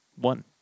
One